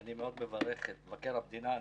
אני מאוד מברך את מבקר המדינה.